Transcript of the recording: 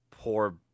Poor